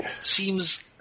seems